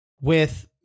with-